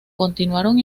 continuaron